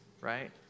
right